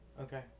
Okay